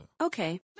Okay